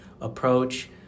approach